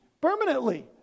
permanently